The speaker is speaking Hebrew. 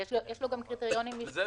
יש לו גם קריטריונים נפרדים.